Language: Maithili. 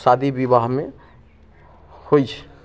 शादी विवाहमे होइत छै